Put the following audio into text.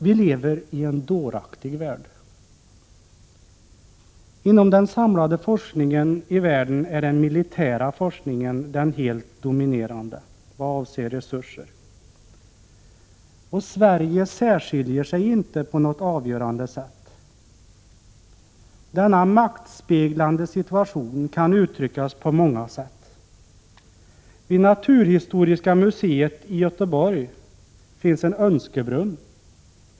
Vi lever i en dåraktig värld. Inom den samlade forskningen i världen är den militära forskningen den helt dominerande vad avser resurser, och Sverige särskiljer sig inte på något avgörande sätt. Denna maktspeglande situation kan uttryckas på många sätt. Vid naturhistoriska museet i Göteborg finns en önskebrunn.